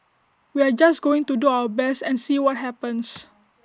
we are just going to do our best and see what happens